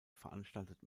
veranstaltet